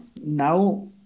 now